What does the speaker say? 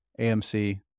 AMC